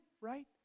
right